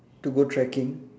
to go trekking